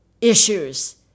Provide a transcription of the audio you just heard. issues